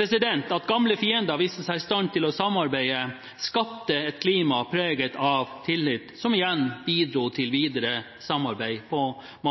At gamle fiender viste seg å være i stand til å samarbeide, skapte et klima preget av tillit, som igjen bidro til videre samarbeid på